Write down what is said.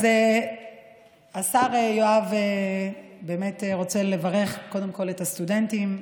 אז השר יואב באמת רוצה לברך את הסטודנטים,